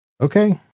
Okay